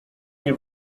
nie